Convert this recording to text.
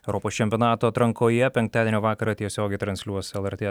europos čempionato atrankoje penktadienio vakarą tiesiogiai transliuos lrt